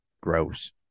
Gross